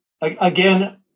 Again